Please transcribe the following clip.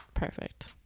perfect